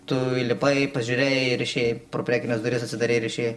tu įlipai pažiūrėjai ir išėjai pro priekines duris atsidarei ir išėjai